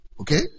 Okay